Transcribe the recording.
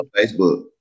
Facebook